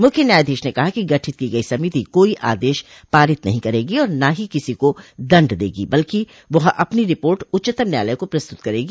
मूख्य न्यायाधीश ने कहा कि गठित की गई समिति कोई आदेश पारित नहीं करेगी और न ही किसी को दंड देगी बल्कि वह अपनी रिपोर्ट उच्चतम न्यायालय को प्रस्तुत करेगी